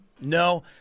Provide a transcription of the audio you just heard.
no